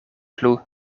plu